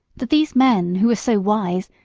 that these men, who are so wise,